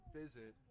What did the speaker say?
visit